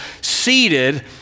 seated